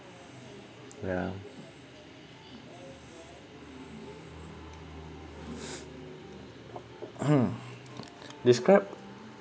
yeah describe